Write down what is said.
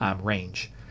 range